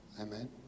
Amen